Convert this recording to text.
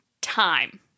time